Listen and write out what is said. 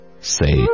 say